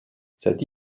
cette